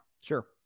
Sure